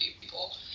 people